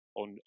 on